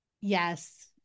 Yes